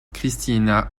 christina